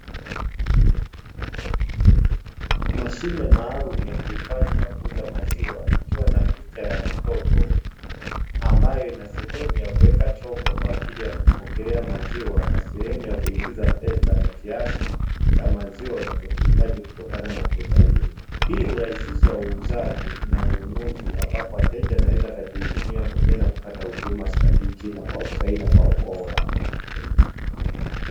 Mashine maalumu ya kuhifadhi na kuuza maziwa ikiwa na picha ya mtoto; ambayo ina sehemu ya kuweka chombo kwa ajili ya kupokelea maziwa na sehemu ya kuingiza fedha na kiasi cha maziwa unachokihitaji kutokana na fedha hiyo. Hii hurahisisha uuzaji na ununuzi ambapo wateja wanaweza wakajihudumia wenyewe na kupata huduma stahiki na kwa usahihi na kwa ubora.